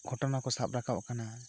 ᱜᱷᱚᱴᱚᱱᱟ ᱠᱚ ᱥᱟᱵ ᱨᱟᱠᱟᱵ ᱟᱠᱟᱱᱟ